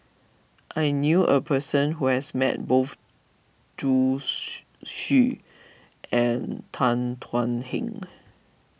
I knew a person who has met both Zhu she Xu and Tan Thuan Heng